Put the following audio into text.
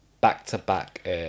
back-to-back